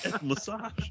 Massage